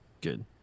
Good